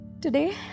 Today